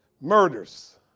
murders